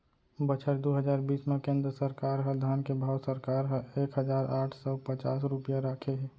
बछर दू हजार बीस म केंद्र सरकार ह धान के भाव सरकार ह एक हजार आठ सव पचास रूपिया राखे हे